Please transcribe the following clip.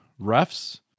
refs